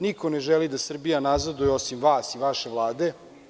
Niko ne želi da Srbija nazaduje, osim vas i vaše Vlade.